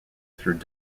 through